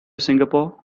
singapore